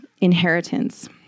inheritance